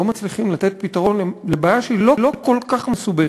לא מצליחים לתת פתרון לבעיה שהיא לא כל כך מסובכת.